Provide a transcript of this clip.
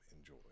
enjoy